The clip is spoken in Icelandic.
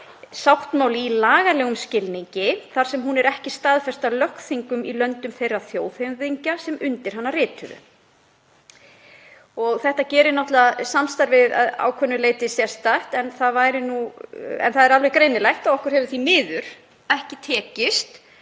sáttmáli í lagalegum skilningi þar sem hún er ekki staðfest af lögþingum í löndum þeirra þjóðhöfðingja sem undir hana rituðu. Það gerir samstarfið náttúrlega að ákveðnu leyti sérstakt en það er alveg greinilegt að okkur hefur því miður ekki tekist